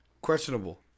questionable